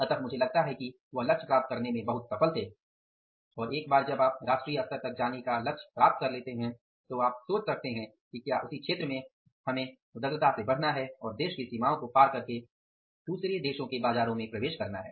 अतः मुझे लगता है कि वह लक्ष्य प्राप्त करने में बहुत सफल थे और एक बार जब आप राष्ट्रीय स्तर तक जाने का लक्ष्य प्राप्त कर लेते हैं तो आप सोच सकते हैं कि क्या उसी क्षेत्र में हमें उदग्रता से बढ़ना है और देश की सीमाओं को पार करके दूसरे देशों के बाजारों में प्रवेश करना है